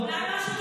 אולי יש משהו דחוף?